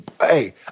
Hey